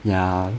ya